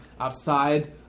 Outside